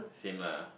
same lah